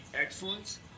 excellence